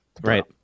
Right